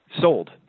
sold